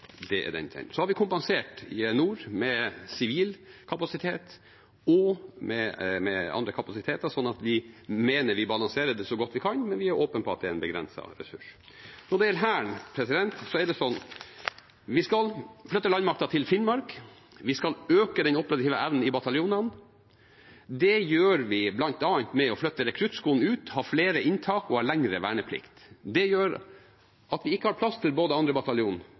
Det er den saken. Så har vi kompensert i nord med sivil kapasitet og med andre kapasiteter, så vi mener vi balanserer det så godt vi kan, men vi er åpne om at det er en begrenset ressurs. Når det gjelder Hæren, skal vi flytte landmakta til Finnmark, og vi skal øke den operative evnen i bataljonene. Det gjør vi bl.a. ved å flytte rekruttskolen ut, ha flere inntak og ha lengre verneplikt. Det gjør at vi ikke har plass til både 2. bataljon